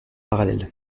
parallèles